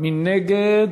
מי נגד?